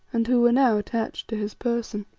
and who were now attached to his person.